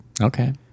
Okay